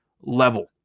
level